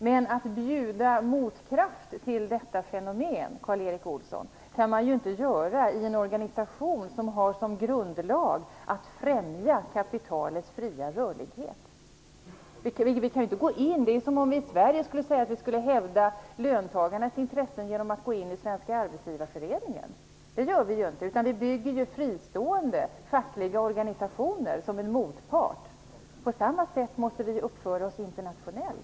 Men bjuda motkraft till detta fenomen, Karl Erik Olsson, kan man inte göra i en organisation som har som grundlag att främja kapitalets fria rörlighet. Det är som om vi i Sverige skulle säga att vi skulle hävda löntagarnas intressen genom att gå in i Svenska arbetsgivareföreningen. Det gör vi ju inte! Vi bygger fristående fackliga organisationer som en motpart. På samma sätt måste vi uppföra oss internationellt.